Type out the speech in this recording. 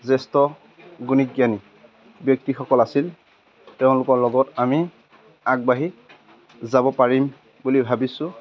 জ্যেষ্ঠ গুণী জ্ঞানী ব্যক্তিসকল আছিল তেওঁলোকৰ লগত আমি আগবাঢ়ি যাব পাৰিম বুলি ভাবিছোঁ